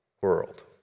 world